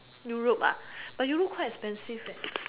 Europe ah but Europe quite expensive leh